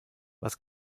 was